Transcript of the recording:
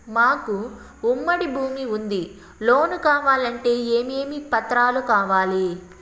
మాకు ఉమ్మడి భూమి ఉంది లోను కావాలంటే ఏమేమి పత్రాలు కావాలి?